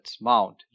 Mount